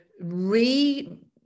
re